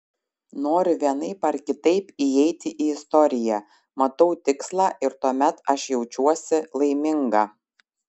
noriu vienaip ar kitaip įeiti į istoriją matau tikslą ir tuomet aš jaučiuosi laiminga